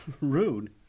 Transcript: Rude